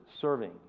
serving